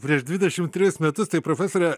prieš dvidešim trejus metus tai profesore